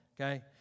okay